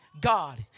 God